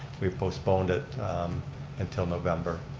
we've postponed it until november.